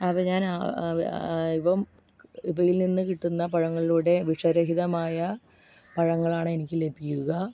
അവ ഞാൻ ഇവ ഇവയിൽ നിന്ന് കിട്ടുന്ന പഴങ്ങളിലൂടെ വിഷ രഹിതമായ പഴങ്ങളാണ് എനിക്ക് ലഭിക്കുക